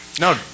No